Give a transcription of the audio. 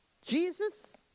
Jesus